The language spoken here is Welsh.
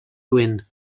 gwyn